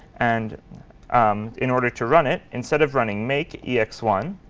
and um in order to run it, instead of running make e x one,